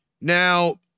Now